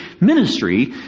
ministry